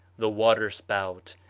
the water-spout,